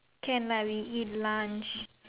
can lah we eat lunch